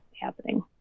happening